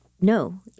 no